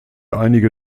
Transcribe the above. einige